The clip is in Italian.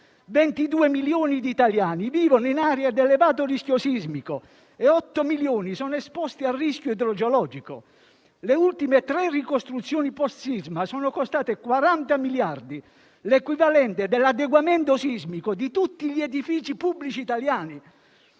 22 milioni di italiani vivono in aree ad elevato rischio sismico e 8 milioni sono esposti al rischio idrogeologico. Le ultime tre ricostruzioni post-sisma sono costate 40 miliardi, l'equivalente dell'adeguamento sismico di tutti gli edifici pubblici italiani.